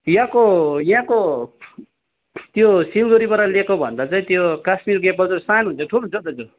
यहाँको यहाँको त्यो सिलगढीबाट ल्याएको भन्दा चाहिँ त्यो काश्मिरको एप्पल चाहिँ सानो हुन्छ कि ठुलो हुन्छ हौ दाजु